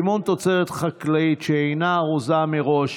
(סימון תוצרת חקלאית שאינה ארוזה מראש),